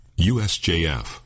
usjf